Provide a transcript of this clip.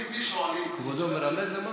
כבודו מרמז למשהו?